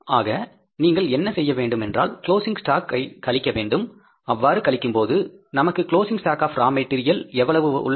ஆக நீங்கள் என்ன செய்ய வேண்டும் என்றால் க்ளோஸிங் ஷ்டாக் ஐ கழிக்கவேண்டும் அவ்வாறு கழிக்கும்போது நமக்கு closing stock of raw material எவ்வளவு உள்ளது